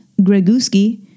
Greguski